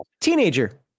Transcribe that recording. teenager